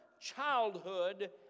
childhood